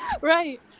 right